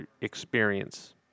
experience